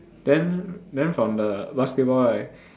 then then from the basketball right